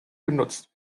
genutzt